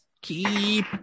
keep